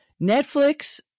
Netflix